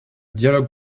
dialogue